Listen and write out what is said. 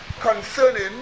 concerning